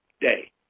day